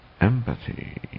empathy